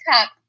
cup